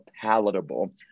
palatable